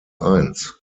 eins